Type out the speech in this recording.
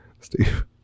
Steve